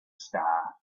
star